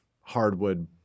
hardwood